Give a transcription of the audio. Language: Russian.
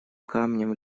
камнем